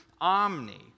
omni